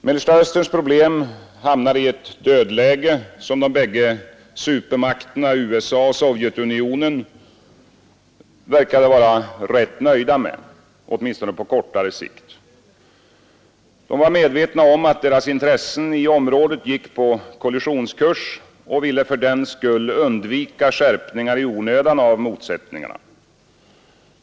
Mellersta Österns problem hamnade i ett dödläge som de bägge supermakterna USA och Sovjetunionen syntes vara rätt nöjda med, åtminstone på kortare sikt. De var medvetna om att deras intressen i området gick på kollisionskurs och ville fördenskull undvika skärpningar i onödan av motsättningarna.